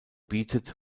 bietet